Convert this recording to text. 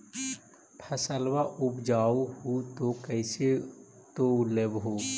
फसलबा उपजाऊ हू तो कैसे तौउलब हो?